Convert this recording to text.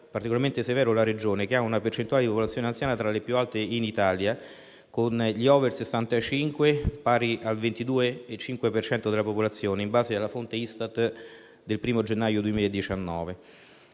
particolarmente severo la Regione, che ha una percentuale di popolazione anziana tra le più alte in Italia, con gli *over* 65 pari al 22,5 per cento della popolazione, in base alla fonte Istat del 1° gennaio 2019.